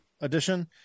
Edition